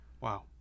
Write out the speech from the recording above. Wow